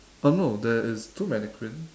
uh no there is two mannequin